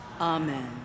Amen